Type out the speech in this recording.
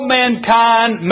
mankind